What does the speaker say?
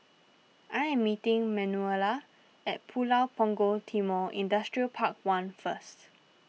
I am meeting Manuela at Pulau Punggol Timor Industrial Park one first